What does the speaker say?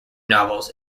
novels